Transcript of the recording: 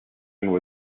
attack